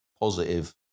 positive